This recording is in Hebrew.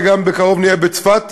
ובקרוב נהיה בצפת.